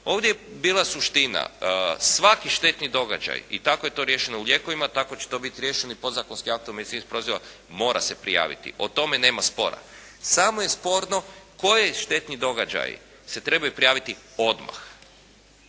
Ovdje je bila suština svaki štetni događaj i tako je to riješeno u lijekovima, tako će to biti riješeno i podzakonsim aktom medicinskih proizvoda mora se prijaviti. O tome nema spora. Samo je sporno koji štetni događaji se trebaju prijaviti odmah.